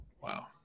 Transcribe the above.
Wow